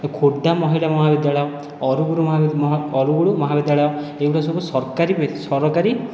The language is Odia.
ଖୋର୍ଦ୍ଧା ମହିଳା ମହାବିଦ୍ୟାଳୟ ଅରଗୁଳ ମହାବିଦ୍ୟାଳୟ ଏଗୁଡ଼ାକ ସବୁ ସରକାରୀ